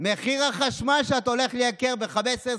מחיר החשמל שאתה הולך לייקר ב-10%,